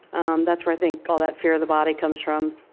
um that's where i think all that fear of the body comes from.